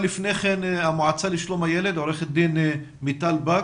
נציגת המועצה לשלום הילד, עו"ד מיטל בק,